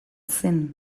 zen